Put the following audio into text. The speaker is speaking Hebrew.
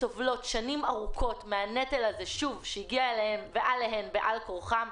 סובלות שנים ארוכות מהנטל הזה שהגיע אליהן ועליהן בעל כורחן,